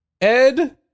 Ed